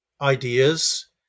ideas